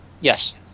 Yes